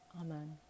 Amen